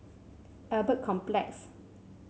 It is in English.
Albert Complex